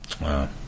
Wow